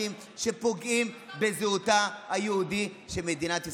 שפוגעים בזהותה היהודית של מדינת ישראל.